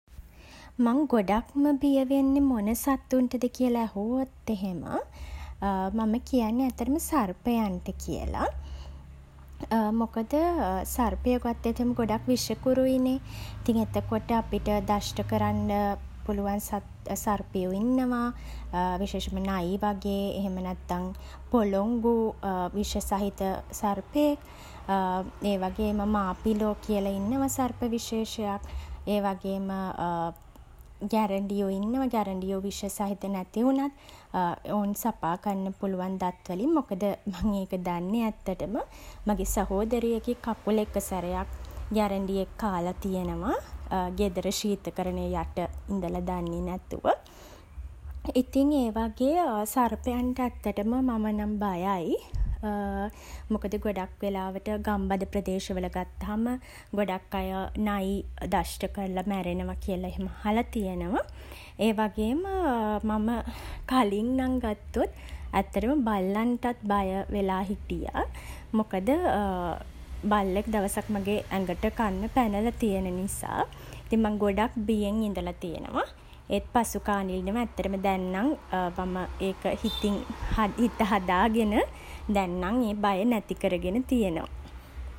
මං ගොඩාක්ම බිය වෙන්නේ මොන සත්තුන්ටද කියලා ඇහුවොත් එහෙම මම කියන්නේ ඇත්තටම සර්පයන්ට කියලා. මොකද සර්පයෝ ගත්තොතින් ගොඩක් විෂකුරුයි නේ. ඉතින් එතකොට අපිට දෂ්ඨ කරන්න පුළුවන් සර්පයෝ ඉන්නවා. විශේෂයෙන්ම නයි වගේ එහෙම නැත්තන් පොළොංගු විෂ සහිත සර්පයෙක්. ඒවගේම මාපිලෝ කියලා ඉන්නවා සර්ප විශේෂයක්. ඒවගේම ගැරඩියෝ ඉන්නවා. ගැරඩියෝ විෂ සහිත නැති වුණත් ඔවුන් සපා කන්න පුළුවන් දත් වලින්. මොකද, මං ඒක දන්නේ ඇත්තටම මගේ සහෝදරියගේ කකුල එක සැරයක් ගැරඩියෙක්‌ කාලා තියෙනවා ගෙදර ශීතකරණය යට ඉඳලා දන්නේ නැතුව. ඉතින් ඒ වගේ සර්පයොන්ට ඇත්තටම මම නම් බයයි. මොකද ගොඩක් වෙලාවට ගම්බද ප්‍රදේශවල ගත්තහම, ගොඩක් අය නයි දෂ්ඨ කරලා මැරෙනවා කියලා එහෙම අහලා තියෙනවා. ඒවගේම මම කලින් නම් ගත්තොත් ඇත්තටම බල්ලන්ටත් බය වෙලා හිටියා. මොකද බල්ලෙක් දවසක් මගේ ඇඟට පැනලා තියෙන නිසා. ඉතින් මං ගොඩක් බියෙන් ඉඳලා තියෙනවා. ඒත් පසුකාලීනව ඇත්තටම දැන් නම් මම ඒක හිත හදාගෙන, දැන් නම් ඒ බය නැති කරගෙන තියෙනවා.